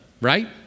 Right